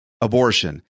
abortion